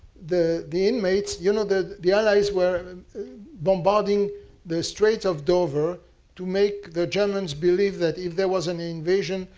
the the inmates you know, the the allies were bombarding the straits of dover to make the germans believe that there was an invasion,